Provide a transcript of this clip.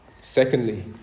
Secondly